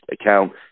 account